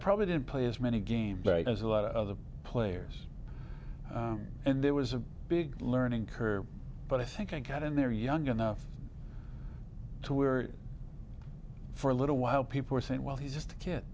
probably didn't play as many games as a lot of other players and there was a big learning curve but i think i got in there young enough to where for a little while people are saying well he's just a kid